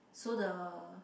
so the